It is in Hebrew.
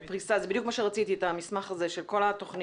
זה בדיוק מה שרציתי, את המסמך הזה של כל התוכניות.